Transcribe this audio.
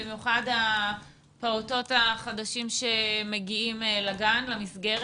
במיוחד הפעוטות החדשים שמגיעים למסגרת.